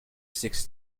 six